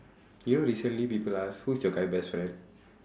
you know recently people ask who is your guy best friend